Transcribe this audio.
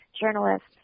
Journalists